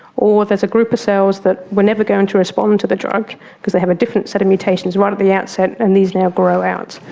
or there's a group of cells that were never going to respond to the drug because they have a different set of mutations right at the outset, and these now grow out.